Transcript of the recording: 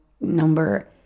number